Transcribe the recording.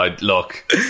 Look